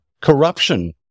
corruption